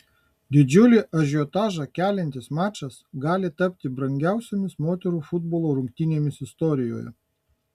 didžiulį ažiotažą keliantis mačas gali tapti brangiausiomis moterų futbolo rungtynėmis istorijoje